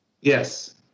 Yes